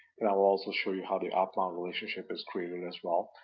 and i will also show you how the outbound relationship is created as well.